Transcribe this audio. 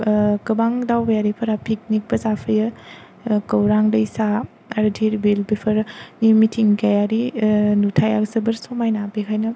गोबां दावबायारिफोरा पिकनिक बो जाफैयो गौरां दैसा आरो धिर बिल बेफोरनि मिथिंगायारि नुथाया जोबोर समायना बेखायनो